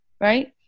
right